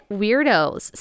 weirdos